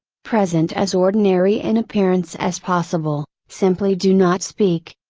present as ordinary an appearance as possible, simply do not speak.